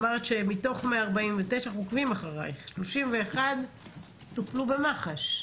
אמרת שמתוך 149, 31 טופלו במח"ש.